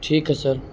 ٹھیک ہے سر